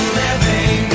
living